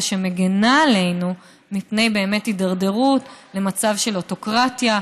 שמגינה עלינו מפני הידרדרות למצב של אוטוקרטיה,